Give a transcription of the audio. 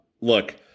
Look